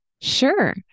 Sure